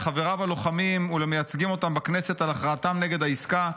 לחבריו הלוחמים ולמייצגים אותם בכנסת על הכרעתם נגד העסקה,